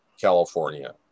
California